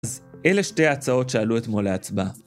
אז אלה שתי ההצעות שעלו אתמול להצבעה.